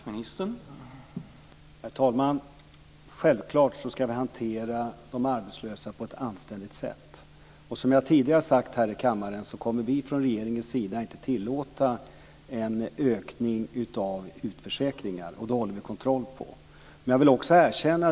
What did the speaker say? Herr talman! Självklart ska de arbetslösa hanteras på ett anständigt sätt. Som jag tidigare har sagt här i kammaren kommer vi från regeringen inte att tillåta en ökning av utförsäkringar, och det håller vi kontroll på.